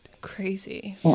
Crazy